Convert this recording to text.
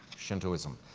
shintoism.